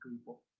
people